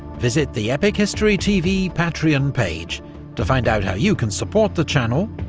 visit the epic history tv patreon page to find out how you can support the channel,